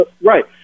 Right